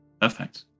Perfect